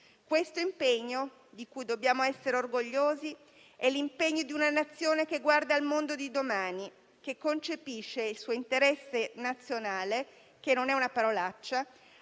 Questo impegno, di cui dobbiamo essere orgogliosi, è di una nazione che guarda al mondo di domani, che concepisce il suo interesse nazionale, che non è una parolaccia,